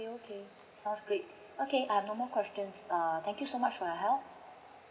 okay okay sounds great okay um no more questions err thank you so much for your help